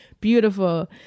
beautiful